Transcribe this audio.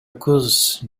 көз